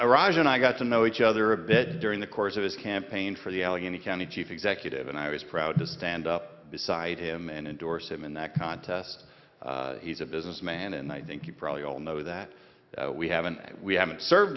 and i got to know each other a bit during the course of his campaign for the allegheny county chief executive and i was proud to stand up beside him and indorse him in that contest he's a businessman and i think you probably all know that we haven't we haven't served